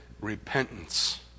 Repentance